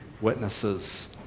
witnesses